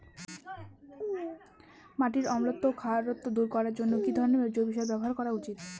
মাটির অম্লত্ব ও খারত্ব দূর করবার জন্য কি ধরণের জৈব সার ব্যাবহার করা উচিৎ?